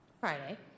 Friday